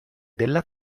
della